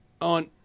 on